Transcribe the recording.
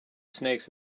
snakes